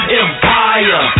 empire